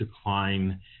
decline